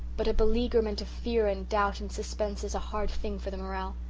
but a beleaguerment of fear and doubt and suspense is a hard thing for the morale.